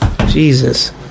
Jesus